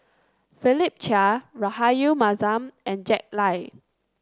Philip Chia Rahayu Mahzam and Jack Lai